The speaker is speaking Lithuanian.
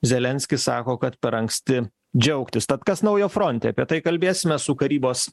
zelenskis sako kad per anksti džiaugtis tad kas naujo fronte apie tai kalbėsime su karybos